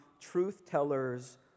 truth-tellers